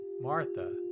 Martha